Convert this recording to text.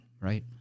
right